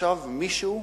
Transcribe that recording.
ישב מישהו